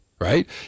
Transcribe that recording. right